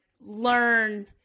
learn